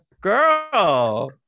girl